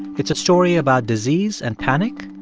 it's a story about disease and panic.